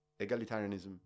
egalitarianism